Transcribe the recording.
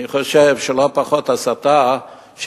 אני חושב שלא פחות הסתה יש,